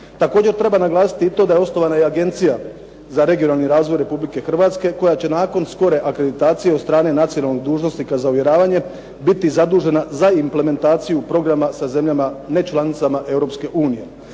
Također treba naglasiti to da je osnovana Agencija za regionalni razvoj Republike Hrvatske koja će nakon skore akreditacije od strane nacionalnog dužnosnika za uvjeravanje biti zadužena za implementaciju programa sa zemljama nečlanicama